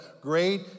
great